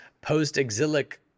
post-exilic